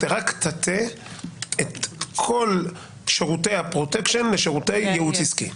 אבל אתה רק תטה את כל שירותי הפרוטקשן לשירותי ייעוץ עסקי.